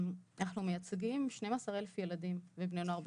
אנחנו מייצגים 12,000 ילדים ובני נוער בסיכון.